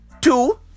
Two